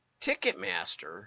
Ticketmaster